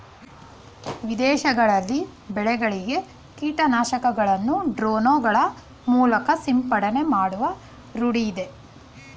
ವಿದೇಶಗಳಲ್ಲಿ ಬೆಳೆಗಳಿಗೆ ಕೀಟನಾಶಕಗಳನ್ನು ಡ್ರೋನ್ ಗಳ ಮೂಲಕ ಸಿಂಪಡಣೆ ಮಾಡುವ ರೂಢಿಯಿದೆ